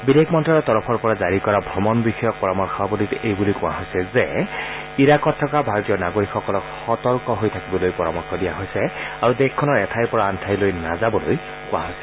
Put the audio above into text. বিদেশ মন্ত্যালয়ৰ তৰফৰ পৰা জাৰি কৰা ভ্ৰমণ বিষয় পৰামৰ্শাৱলীত এইবুলি কোৱা হৈছে যে ইৰাকত থকা ভাৰতীয় নাগৰিকসকলক সতৰ্ক হৈ থাকিবলৈ পৰামৰ্শ দিয়া হৈছে আৰু দেশখনৰ এঠাই পৰা আন ঠাইলৈ নাযাবলৈ কোৱা হৈছে